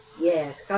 Yes